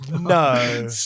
no